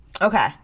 Okay